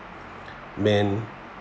man